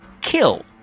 kill